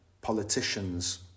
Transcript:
politicians